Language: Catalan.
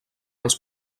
els